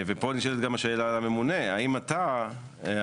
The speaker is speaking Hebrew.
ופה נשאלת גם השאלה לממונה, האם אתה ערוך